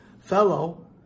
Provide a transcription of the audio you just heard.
fellow